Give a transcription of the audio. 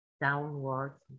downwards